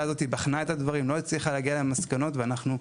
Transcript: הזאת בחנה את הדברים ולא הצליחה להגיע למסקנות; ואנחנו,